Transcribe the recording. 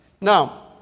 Now